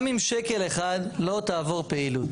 מגיע גם אם שקל אחד לא תעבור פעילות.